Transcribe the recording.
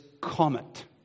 comet